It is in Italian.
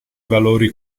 valori